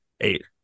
eight